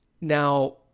Now